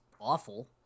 awful